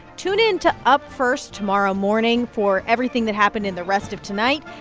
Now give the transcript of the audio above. tune in to up first tomorrow morning for everything that happened in the rest of tonight.